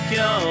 go